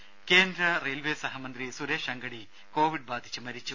രാര കേന്ദ്ര റെയിൽവെ സഹമന്ത്രി സുരേഷ് അംഗഡി കോവിഡ് ബാധിച്ച് മരിച്ചു